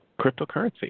cryptocurrency